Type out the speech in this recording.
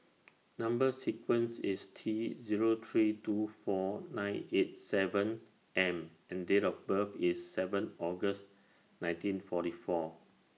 Number sequence IS T Zero three two four nine eight seven M and Date of birth IS seven August nineteen forty four